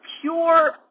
pure